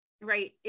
right